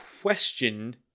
question